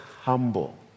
humble